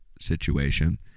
situation